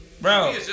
bro